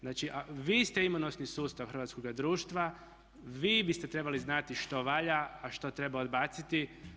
Znači vi ste imunosni sustav hrvatskoga društva, vi biste trebali znati što valja a što treba odbaciti.